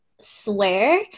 swear